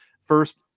first